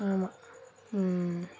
ஆமாம் ம்